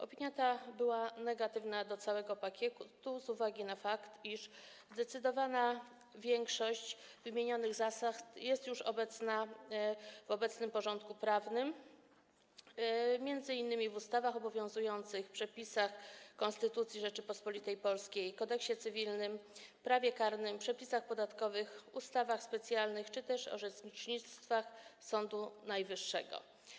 Opinia ta była negatywna w odniesieniu do całego pakietu z uwagi na fakt, iż zdecydowana większość wymienionych zasad jest już obecna w obecnym porządku prawnym, m.in. w ustawach, obowiązujących przepisach Konstytucji Rzeczypospolitej Polskiej, Kodeksie cywilnym, prawie karnym, przepisach podatkowych, ustawach specjalnych czy też orzecznictwach Sądu Najwyższego.